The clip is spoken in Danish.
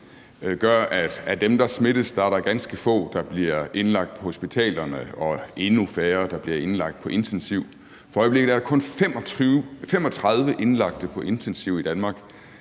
gør, at af dem, der smittes, er der ganske få, der bliver indlagt på hospitalerne, og endnu færre, der bliver indlagt på intensiv. For øjeblikket er der kun 35 i respirator i Danmark.